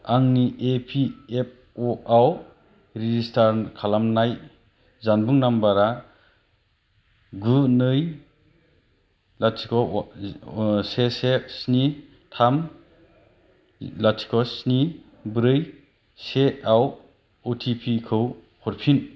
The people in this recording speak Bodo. आंनि इ पि एफ अ' आव रेजिस्टार खालामनाय जानबुं नाम्बार आ गु नै लाथिख' से से स्नि थाम लाथिख' स्नि ब्रै सेआव अ टि पि खौ हरफिन